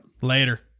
Later